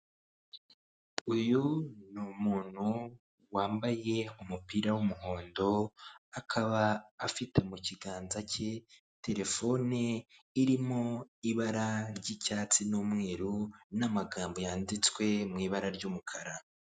Uyu ni umuntu wambaye umupira w'umuhondo akaba afite mu kiganza cye telefone irimo ibara ry'icyatsi n'umweru n'amagambo yanditswe mu ibara ry'umukara.